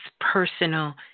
personal